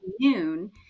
noon